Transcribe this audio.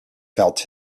felt